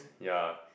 ya